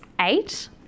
eight